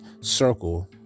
circle